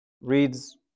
reads